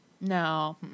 No